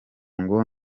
ngo